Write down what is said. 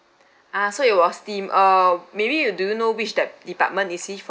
ah so it was team uh maybe do you know which that department is he from